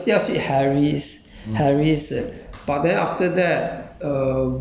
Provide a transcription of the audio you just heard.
uh I forgot already but uh actually 我们是要去 harry's